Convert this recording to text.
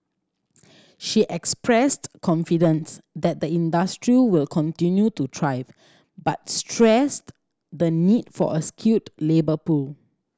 she expressed confidence that the industry will continue to thrive but stressed the need for a skilled labour pool